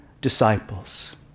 disciples